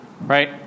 right